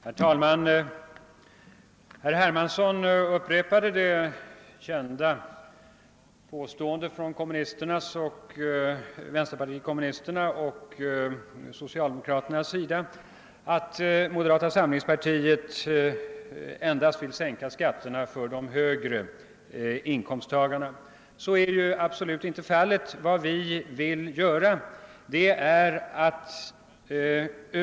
Herr talman! Herr Hermansson upprepade vänsterpartiet kommunisternas och socialdemokraternas kända påstående, att moderata samlingspartiet vill sänka skatterna endast för de högre inkomsttagarna. Så är ju absolut inte fal let.